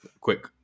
quick